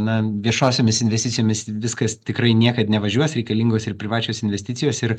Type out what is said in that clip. na viešosiomis investicijomis viskas tikrai niekad nevažiuos reikalingos ir privačios investicijos ir